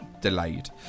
delayed